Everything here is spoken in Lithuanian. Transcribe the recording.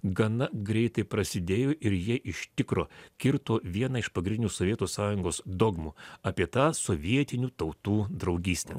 gana greitai prasidėjo ir jie iš tikro kirto vieną iš pagrindinių sovietų sąjungos dogmų apie tą sovietinių tautų draugystę